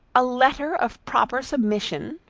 a letter of proper submission!